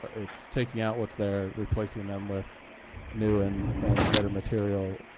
it's taking out what's there, replacing them with new and and better material,